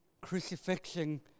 crucifixion